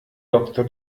doktor